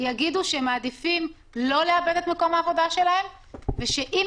יגידו שהם מעדיפים לא לאבד את מקום העבודה שלהם ושאם